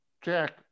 Jack